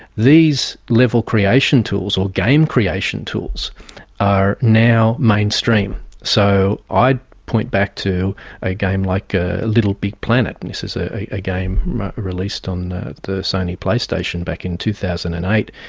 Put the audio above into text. these level creation tools or game creation tools are now mainstream. so i'd point back to a game like little big planet, and this is a game released on the sony playstation back in two thousand and eight,